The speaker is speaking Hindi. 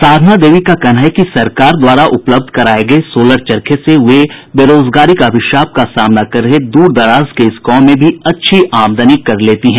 साधना देवी का कहना है कि सरकार द्वारा उपलब्ध कराये गये सोलर चरखे से वे बेरोजगारी के अभिशाप का सामना कर रहे दूर दराज के इस गांव में भी अच्छी आमदनी कर लेती हैं